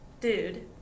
dude